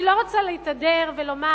אני לא רוצה להתהדר ולומר,